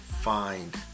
find